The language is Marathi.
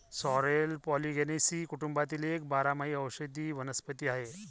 सॉरेल पॉलिगोनेसी कुटुंबातील एक बारमाही औषधी वनस्पती आहे